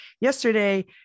yesterday